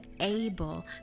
able